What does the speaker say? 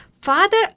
father